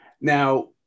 Now